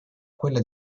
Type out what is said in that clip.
quella